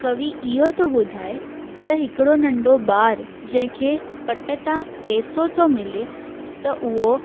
कवि इहो थो ॿुधाए त हिकिड़ो नंढो ॿार जंहिंखे पट तां पैसो थो मिले त उहो